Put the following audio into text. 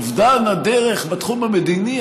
אובדן הדרך בתחום המדיני,